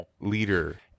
leader